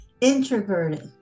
introverted